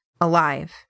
Alive